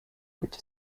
which